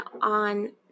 on